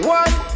one